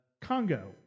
Congo